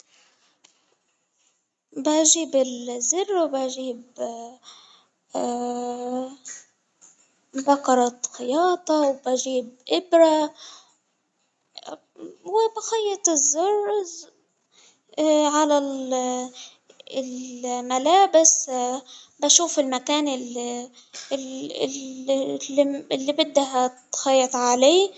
للإعتزار لشخص أول شئ باخدة علي مكان هادي وبقول له ما كان أصدي أزعلك أو أحرجك، ما راح أسوي الشيء اللي زعلك مرة ثانية، ثم عبر بصدق عن مشاعرك وأختم بعبارة لطيفة.